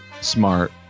smart